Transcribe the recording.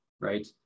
right